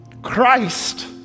Christ